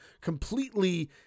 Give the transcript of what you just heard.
completely